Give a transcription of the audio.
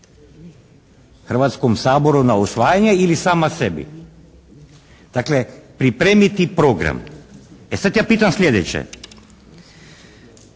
Hrvatskom saboru na usvajanje ili sama sebi. Dakle, pripremiti program. E sad, ja pitam sljedeće.